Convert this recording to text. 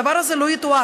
הדבר הזה לא יתואר.